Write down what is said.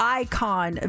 icon